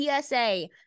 TSA